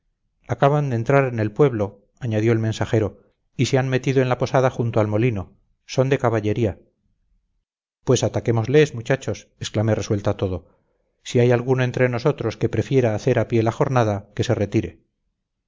acaban de entrar en el pueblo añadió el mensajero y se han metido en la posada junto al molino son de caballería pues ataquémosles muchachos exclamé resuelto a todo si hay alguno entre nosotros que prefiera hacer a pie la jornada que se retire